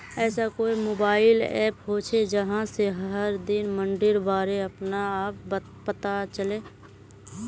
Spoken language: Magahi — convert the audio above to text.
ऐसा कोई मोबाईल ऐप होचे जहा से हर दिन मंडीर बारे अपने आप पता चले?